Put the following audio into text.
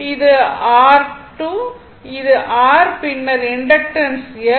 இது R இது r பின்னர் இண்டக்டன்ஸ் L